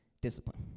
discipline